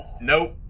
nope